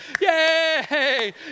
Yay